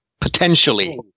potentially